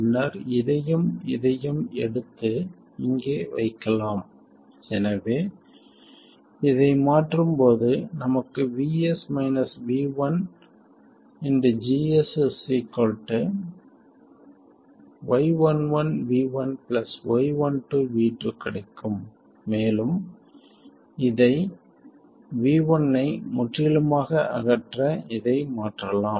பின்னர் இதையும் இதையும் எடுத்து இங்கே வைக்கலாம் எனவே இதை மாற்றும்போது நமக்கு GS y11 v1 y12 v2 கிடைக்கும் மேலும் இதை v1 ஐ முற்றிலுமாக அகற்ற இதை மாற்றலாம்